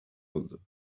oldu